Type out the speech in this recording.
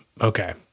Okay